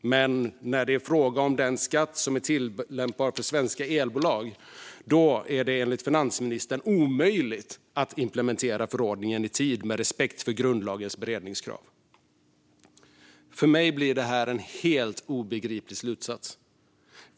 Men när det är fråga om den skatt som är tillämpbar för svenska elbolag, då är det enligt finansministern omöjligt att implementera förordningen i tid med respekt för grundlagens beredningskrav. För mig är det en helt obegriplig slutsats.